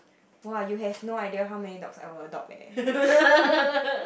[wah] you have no idea how many dogs I would adopt eh